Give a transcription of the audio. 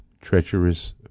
treacherous